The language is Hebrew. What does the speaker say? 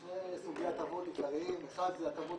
שני סוגי הטבות עיקריים: האחד זה הטבות